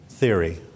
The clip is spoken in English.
Theory